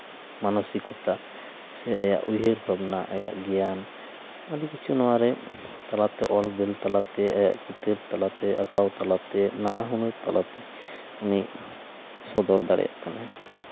ᱢᱟᱱᱚᱥᱤᱠᱚᱛᱟ ᱥᱮ ᱟᱭᱟᱜ ᱩᱭᱦᱟᱹᱨ ᱵᱷᱟᱵᱽᱱᱟ ᱟᱭᱟᱜ ᱜᱮᱭᱟᱱ ᱟᱹᱰᱤ ᱠᱤᱪᱷᱩ ᱱᱚᱣᱟᱨᱮ ᱛᱟᱞᱟᱛᱮ ᱚᱞ ᱵᱤᱞ ᱛᱟᱞᱟᱛᱮ ᱟᱭᱟᱜ ᱪᱤᱛᱟᱹᱨ ᱛᱟᱞᱟᱛᱮ ᱟᱸᱠᱟᱣ ᱛᱟᱞᱟᱛᱮ ᱱᱟᱱᱟ ᱦᱩᱱᱟᱹᱨ ᱛᱟᱞᱟᱛᱮ ᱱᱩᱭ ᱥᱚᱫᱚᱨ ᱫᱟᱲᱮᱭᱟᱜ ᱠᱟᱱᱟᱭ